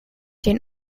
den